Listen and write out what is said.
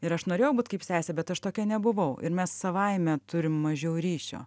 ir aš norėjau būt kaip sesė bet aš tokia nebuvau ir mes savaime turim mažiau ryšio